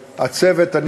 לצוות.